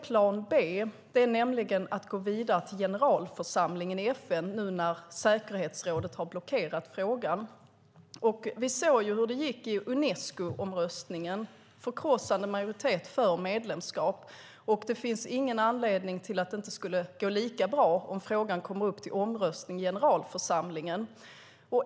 Plan B är att gå vidare till generalförsamlingen i FN nu när säkerhetsrådet har blockerat frågan. Vi såg hur det gick i Unescoomröstningen, nämligen en förkrossande majoritet för medlemskap. Det finns ingen anledning att det inte skulle gå lika bra om frågan kom upp till omröstning i generalförsamlingen.